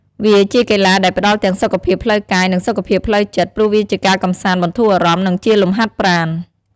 វាជាកីឡាដែលផ្ដល់ទាំងសុខភាពផ្លូវកាយ និងសុខភាពផ្លូវចិត្ត ព្រោះវាជាការកម្សាន្តបន្ធូរអារម្មណ៍ និងជាលំហាត់ប្រាណ។